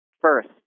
first